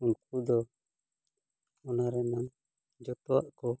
ᱩᱱᱠᱩ ᱫᱚ ᱚᱱᱟ ᱨᱮᱱᱟᱜ ᱡᱚᱛᱚᱣᱟᱜ ᱠᱚ